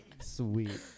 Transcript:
Sweet